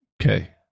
Okay